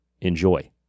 Enjoy